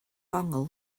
ongl